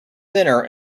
thinner